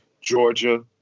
Georgia